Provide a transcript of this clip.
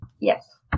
Yes